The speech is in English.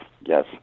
Yes